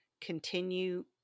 continue